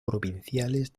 provinciales